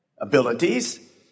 abilities